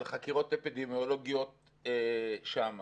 על חקירות אפידמיולוגיות שם.